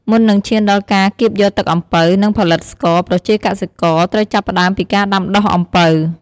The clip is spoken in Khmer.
មុននឹងឈានដល់ការកៀបយកទឹកអំពៅ និងផលិតស្ករ ប្រជាកសិករត្រូវចាប់ផ្ដើមពីការដាំដុះអំពៅ។